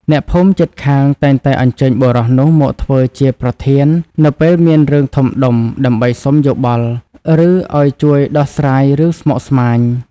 អ្នកភូមិជិតខាងតែងតែអញ្ជើញបុរសនោះមកធ្វើជាប្រធាននៅពេលមានរឿងធំដុំ ដើម្បីសុំយោបល់ ឬឲ្យជួយដោះស្រាយរឿងស្មុគស្មាញ។